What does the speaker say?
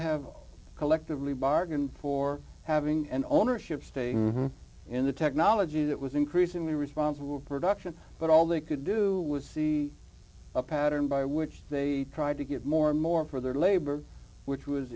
have collectively bargain for having an ownership stake in the technology that was increasingly responsible production but all they could do was see a pattern by which they tried to get more and more for their labor which was